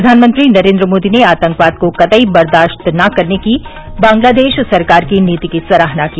प्रवानमंत्री नरेंद्र मोदी ने आतंकवाद को कतई बर्दाश्त न करने की बंगलादेश सरकार की नीति की सराहना की